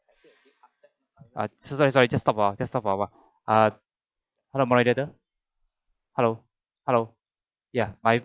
so~ sorry just stop for a while just stop for a while uh hello hello hello ya my